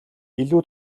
илүү